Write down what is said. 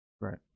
Right